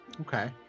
Okay